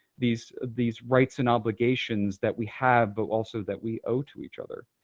these these rights and obligations that we have but also that we owe to each other.